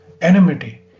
enmity